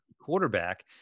quarterback